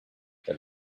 that